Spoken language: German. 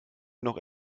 noch